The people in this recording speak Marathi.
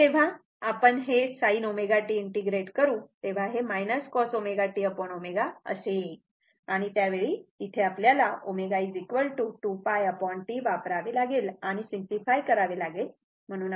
कारण जेव्हा आपण हे sin ω t इंटिग्रेट करू तेव्हा हे cos ω t ω असे येईल आणि त्यावेळी तिथे आपल्याला हे ω 2π T वापरावे लागेल आणी सिम्पलीफाय करावे लागेल